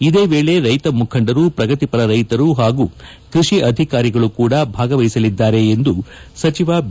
ಇದೇ ವೇಳೆ ರೈತ ಮುಖಂಡರು ಪ್ರಗತಿಪರ ರೈತರು ಹಾಗೂ ಕೃಷಿ ಅಧಿಕಾರಿಗಳು ಕೂಡ ಭಾಗವಹಿಸಲಿದ್ದಾರೆ ಎಂದು ಸಚಿವ ಬಿ